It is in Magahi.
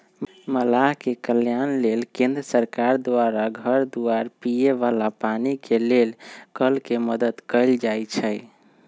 मलाह के कल्याण लेल केंद्र सरकार द्वारा घर दुआर, पिए बला पानी के लेल कल के मदद कएल जाइ छइ